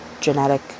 genetic